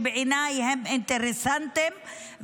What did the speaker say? שבעיניי הם אינטרסנטיים,